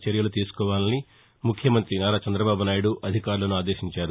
చర్యలు తీసుకోవాలని ముఖ్యమంతి నారా చంద్రబాబునాయుడు అధికారులను ఆదేశించారు